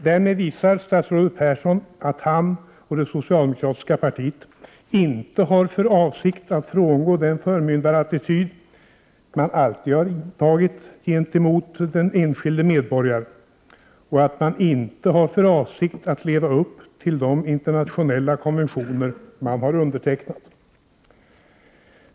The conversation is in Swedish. Därmed visar statsrådet Persson att han och det socialdemokratiska partiet inte har för avsikt att frångå den förmyndarattityd man alltid har intagit gentemot den enskilde medborgaren och att man inte har för avsikt att leva upp till de internationella konventioner som man har undertecknat.